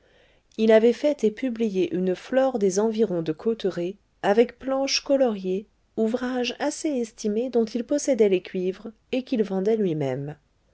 il avait fait et publié une flore des environs de cauteretz avec planches coloriées ouvrage assez estimé dont il possédait les cuivres et qu'il vendait lui-même